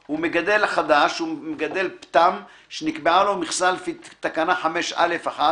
הוא מגדל חדש שהוא מגדל פטם שנקבעה לו מכסה לפי תקנה 5(א)(1),